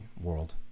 world